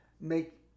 make